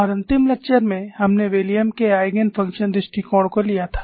और अंतिम लेक्चर में हमने विलियम के आइगेन फ़ंक्शन दृष्टिकोण को लिया था